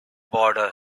border